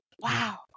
wow